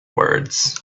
words